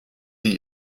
sie